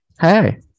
Hey